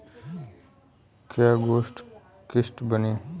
कय गो किस्त बानी?